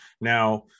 Now